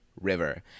River